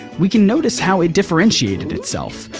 we can notice how it differentiated itself.